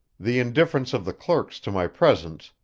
the indifference of the clerks to my presence,